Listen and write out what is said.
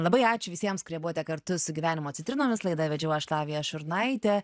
labai ačiū visiems kurie buvote kartu su gyvenimo citrinomis laidą vedžiau aš lavija šurnaitė